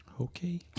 Okay